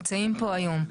שמוצעים פה היום.